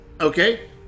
Okay